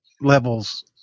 levels